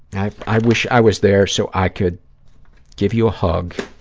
i i wish i was there so i could give you a hug